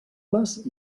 les